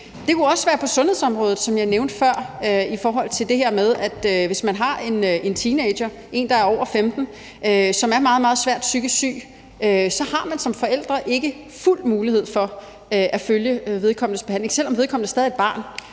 Det kunne også være på sundhedsområdet, som jeg nævnte før, i forhold til det her med, at hvis man har en teenager, en , der er over 15 år, som er meget, meget svært psykisk syg, har man som forældre ikke fuld mulighed for at følge vedkommendes behandling, selv om vedkommende stadig er et barn,